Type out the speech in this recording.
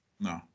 No